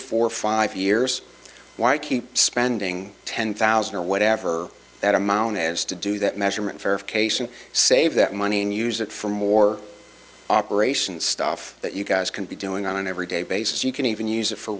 four five years why keep spending ten thousand or whatever that amount is to do that measurement verification save that money and use it for more operations stuff that you guys can be doing on an everyday basis you can even use it for